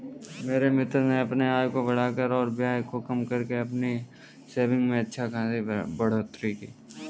मेरे मित्र ने अपने आय को बढ़ाकर और व्यय को कम करके अपनी सेविंग्स में अच्छा खासी बढ़ोत्तरी की